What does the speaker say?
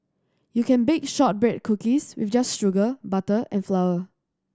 you can bake shortbread cookies with just sugar butter and flour